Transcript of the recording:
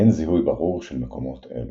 אין זיהוי ברור של מקומות אלו.